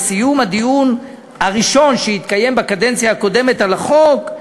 בסיום הדיון הראשון שהתקיים בקדנציה הקודמת על החוק,